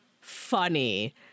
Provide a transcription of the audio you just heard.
funny